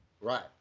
Right